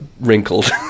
wrinkled